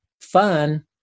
fun